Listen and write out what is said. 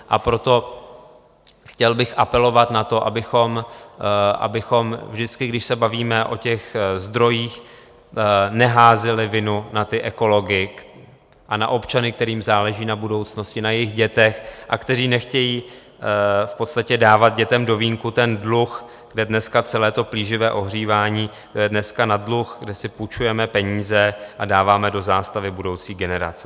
A proto chtěl bych apelovat na to, abychom vždycky, když se bavíme o zdrojích, neházeli vinu na ekology a na občany, kterým záleží na budoucnosti, na jejich dětech a kteří nechtějí v podstatě dávat dětem do vínku dluh, kde dneska celé to plíživé ohřívání je dneska na dluh, kde si půjčujeme peníze a dáváme do zástavy budoucí generace.